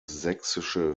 sächsische